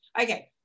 Okay